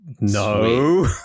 No